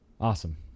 awesome